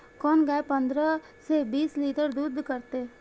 कोन गाय पंद्रह से बीस लीटर दूध करते?